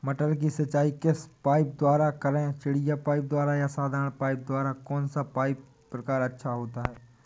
मटर की सिंचाई किस पाइप द्वारा करें चिड़िया पाइप द्वारा या साधारण पाइप द्वारा कौन सा प्रकार अच्छा होता है?